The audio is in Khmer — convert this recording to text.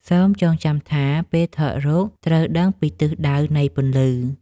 សូមចងចាំថា ពេលថតរូបត្រូវដឹងពីទិសដៅនៃពន្លឺ។